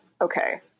okay